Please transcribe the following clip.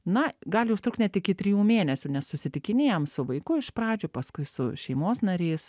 na gali užtrukt net iki trijų mėnesių nes susitikinėjam su vaiku iš pradžių paskui su šeimos nariais